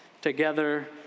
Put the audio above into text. together